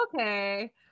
Okay